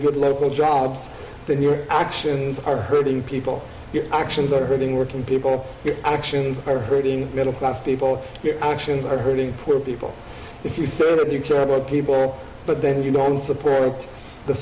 good level jobs that here actions are hurting people actions are hurting working people actions are hurting middle class people actions are hurting poor people if you serve you care about people but then you don't support the